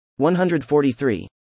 143